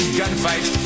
gunfight